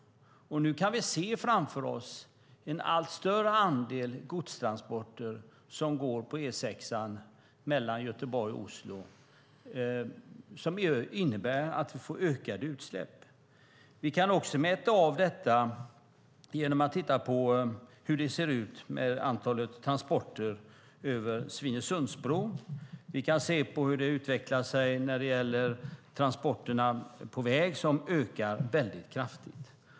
Nu kan vi se framför oss en allt större andel godstransporter som går på E6:an mellan Göteborg och Oslo som innebär att vi får ökade utsläpp. Vi kan också mäta detta genom att titta på hur det ser ut med antalet transporter över Svinesundsbron. Vi kan se på hur det utvecklar sig när det gäller transporterna på väg, som ökar väldigt kraftigt.